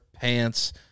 pants